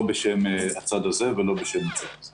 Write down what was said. לא בשם הצד הזה ולא בשם הצד הזה.